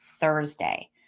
Thursday